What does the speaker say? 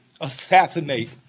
assassinate